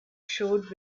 showed